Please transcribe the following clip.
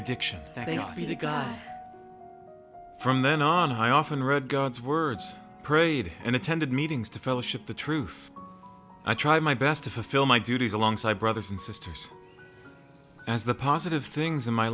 addiction thanks be to god from then on high often read god's words prayed and attended meetings to fellowship the truth i try my best to fulfill my duties alongside brothers and sisters as the positive things in my